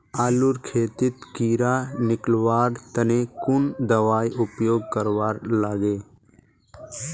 आलूर खेतीत कीड़ा निकलवार तने कुन दबाई उपयोग करवा लगे?